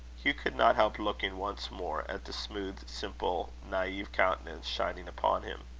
hugh could not help looking once more at the smooth, simple, naive countenance shining upon him.